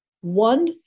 one